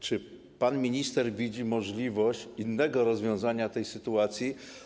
Czy pan minister widzi możliwość innego rozwiązania tej sytuacji?